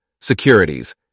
securities